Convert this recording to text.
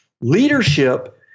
Leadership